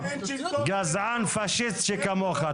גזען פשיסט שכמוך.